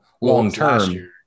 long-term